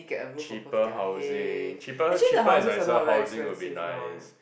cheaper housing cheaper cheaper and nicer housing will be nice